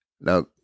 Now